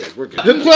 we're good.